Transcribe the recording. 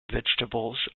vegetables